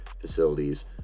facilities